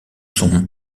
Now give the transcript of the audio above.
son